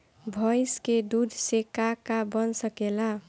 भइस के दूध से का का बन सकेला?